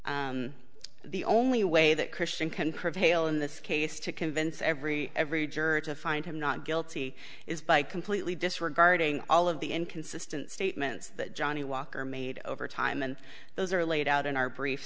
inconsistent the only way that christian can prevail in this case to convince every every juror to find him not guilty is by completely disregarding all of the inconsistent statements that johnnie walker made over time and those are laid out in our brief